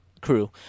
crew